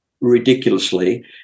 ridiculously